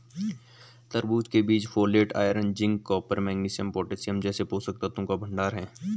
तरबूज के बीज folate, iron, zinc, copper, magnesium, potassium जैसे पोषक तत्वों का भंडार है